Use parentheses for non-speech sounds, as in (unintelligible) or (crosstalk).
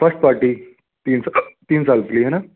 first (unintelligible) तीन साल के लिए है ना